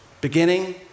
beginning